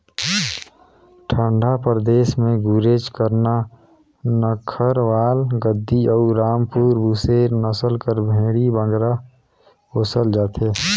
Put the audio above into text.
ठंडा परदेस में गुरेज, करना, नक्खरवाल, गद्दी अउ रामपुर बुसेर नसल कर भेंड़ी बगरा पोसल जाथे